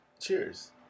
Cheers